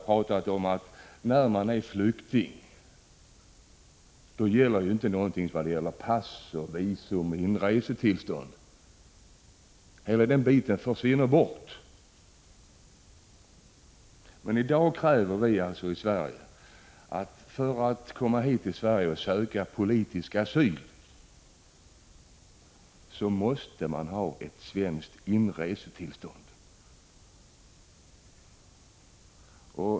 Precis som Nils Carlshamre sade gäller ju inte sådant som krav på pass, visum eller inresetillstånd när det är fråga om flyktingar. Då försvinner alla sådana krav. För att människor skall få komma till Sverige och söka politisk asyl kräver vi i dag att de fått svenskt inresetillstånd.